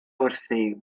wrthi